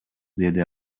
деди